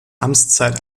amtszeit